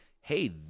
hey